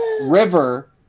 river